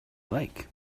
like